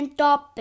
top